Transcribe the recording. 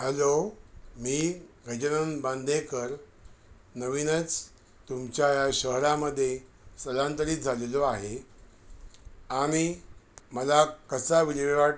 hello मी गजानंद बांदेकर नवीनच तुमच्या या शहरामध्ये स्थलांतरीत झालेलो आहे आणि मला कचरा विल्हेवाट